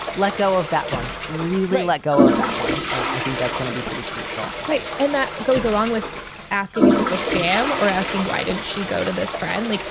let go of that one. really let go of that one. i think that's gonna be pretty crucial. right and that goes along with asking if it's a scam or asking why didn't she go to this friendly?